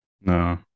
no